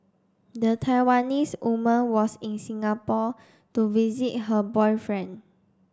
the Taiwanese woman was in Singapore to visit her boyfriend